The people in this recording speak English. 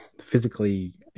physically